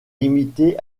limitée